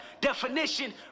Definition